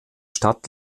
stadt